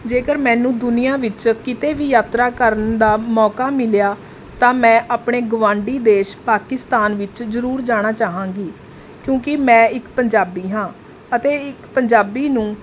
ਜੇਕਰ ਮੈਨੂੰ ਦੁਨੀਆ ਵਿੱਚ ਕਿਤੇ ਵੀ ਯਾਤਰਾ ਕਰਨ ਦਾ ਮੌਕਾ ਮਿਲਿਆ ਤਾਂ ਮੈਂ ਆਪਣੇ ਗਵਾਂਢੀ ਦੇਸ਼ ਪਾਕਿਸਤਾਨ ਵਿੱਚ ਜ਼ਰੂਰ ਜਾਣਾ ਚਾਹਾਂਗੀ ਕਿਉਂਕਿ ਮੈਂ ਇੱਕ ਪੰਜਾਬੀ ਹਾਂ ਅਤੇ ਇੱਕ ਪੰਜਾਬੀ ਨੂੰ